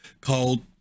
called